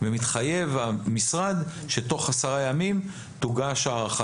ומתחייב המשרד שתוך עשרה ימים תוגש הערכה.